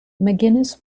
mcguinness